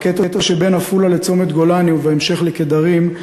בקטע שבין עפולה לצומת גולני ובהמשך לקדרים,